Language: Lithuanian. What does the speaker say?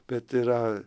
bet yra